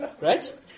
right